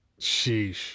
sheesh